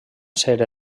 ser